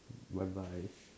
bye bye